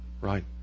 right